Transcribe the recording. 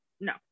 No